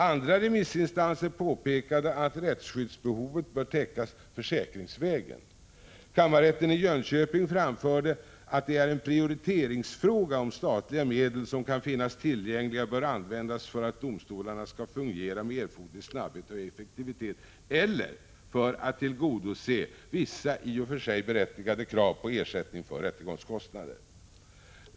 Andra remissinstanser påpekade att rättsskyddsbehovet bör täckas försäkringsvägen. Kammarrätten i Jönköping framförde att det är en prioriteringsfråga om statliga medel som kan finnas tillgängliga bör användas för att domstolarna skall fungera med erforderlig snabbhet och effektivitet eller för att tillgodose vissa i och för sig berättigade krav på ersättning för rättegångskostnader.